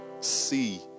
see